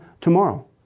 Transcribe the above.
tomorrow